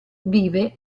vive